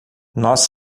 nós